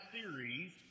series